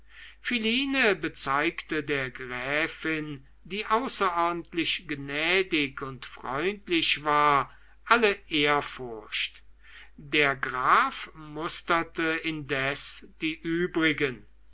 philine bezeigte der gräfin die außerordentlich gnädig und freundlich war alle ehrfurcht der graf musterte indes die übrigen